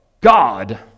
God